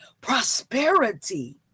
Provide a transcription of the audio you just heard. prosperity